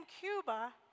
Cuba